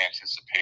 anticipate